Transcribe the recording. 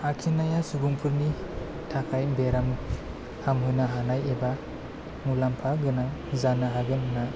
आखिनाया सुबुंफोरनि थाखाय बेराम हामहोनो हानाय एबा मुलाम्फा गोनां जानो हागोन होनना